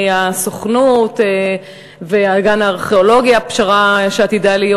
הסוכנות והגן הארכיאולוגי הפשרה שעתידה להיות,